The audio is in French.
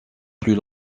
plus